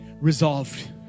resolved